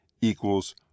equals